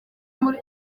muri